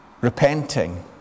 repenting